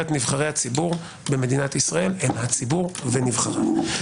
את נבחרי הציבור במדינת ישראל הם הציבור ונבחריו.